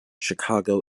chicago